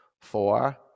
Four